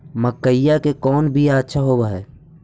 मकईया के कौन बियाह अच्छा होव है?